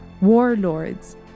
Warlords